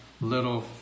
little